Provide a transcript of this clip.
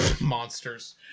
monsters